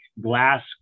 glass